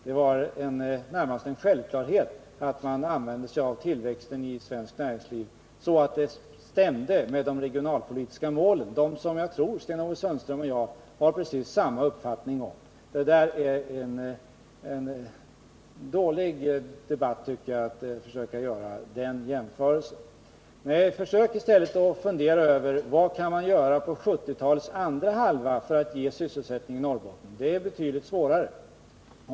Det var närmast självklart att man använde sig av tillväxten i svenskt näringsliv på ett sådant sätt att det stämde med de regionalpolitiska målen — de mål som jag tror att Sten-Ove Sundström och jag har precis samma uppfattning om. Det är en dålig debatteknik, tycker jag, att försöka göra den jämförelsen. Försök i stället, Sten-Ove Sundström, att fundera över vad man kan göra under 1970-talets andra hälft för att ge sysselsättning i Norrbotten. Det är betydligt svårare.